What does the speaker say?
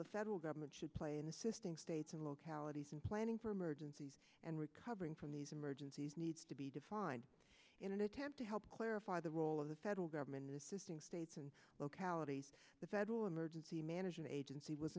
the federal government should play in assisting states and localities in planning for emergencies and recovering from these emergencies needs to be defined in an attempt to help clarify the role of the federal government in the system states and localities the federal emergency management agency was